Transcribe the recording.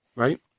right